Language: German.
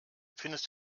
findest